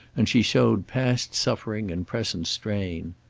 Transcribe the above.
and she showed past suffering and present strain.